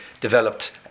developed